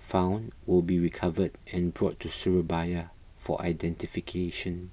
found will be recovered and brought to Surabaya for identification